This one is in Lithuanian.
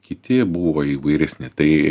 kiti buvo įvairesni tai